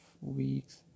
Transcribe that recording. weeks